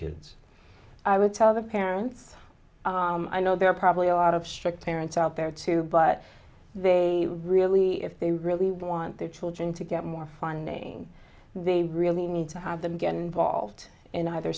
kids i would tell other parents i know there are probably a lot of strict parents out there too but they really if they really want their children to get more funding they really need to have them get involved in other